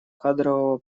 кадрового